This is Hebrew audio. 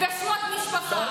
אפשר גם לשמוע בלי להגיב.